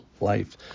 life